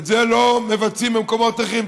את זה לא מבצעים במקומות אחרים.